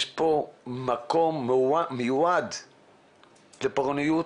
יש פה מקום מועד לפורענות,